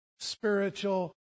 spiritual